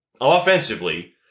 offensively